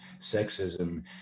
sexism